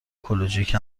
اکولوژیک